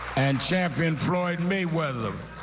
and champion floyd mayweather.